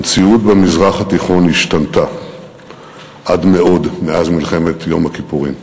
המציאות במזרח התיכון השתנתה עד מאוד מאז מלחמת יום הכיפורים.